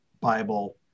Bible